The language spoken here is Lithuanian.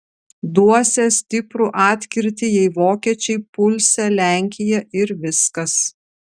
duosią stiprų atkirtį jei vokiečiai pulsią lenkiją ir viskas